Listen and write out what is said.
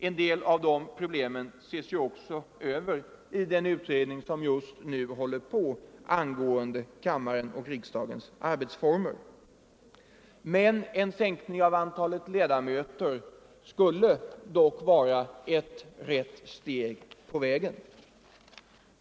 En del av de tingen ses ju också över i den utredning som just nu arbetar med frågan om riksdagens arbetsformer. En sänkning av antalet ledamöter skulle dock vara ett steg i rätt riktning.